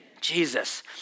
Jesus